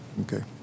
okay